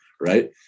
right